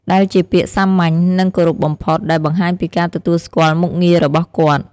ដែលជាពាក្យ សាមញ្ញ និង គោរពបំផុត ដែលបង្ហាញពីការទទួលស្គាល់មុខងាររបស់គាត់។